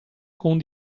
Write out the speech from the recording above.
con